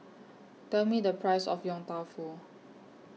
Tell Me The Price of Yong Tau Foo